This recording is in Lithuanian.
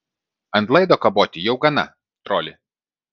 ant laido kaboti jau gana troli